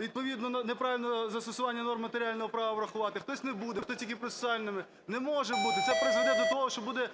відповідно, неправильне застосування норм матеріального права враховувати, хтось не буде, хто - тільки процесуальними. Не може бути, це призведе до того, що буде